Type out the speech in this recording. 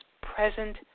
present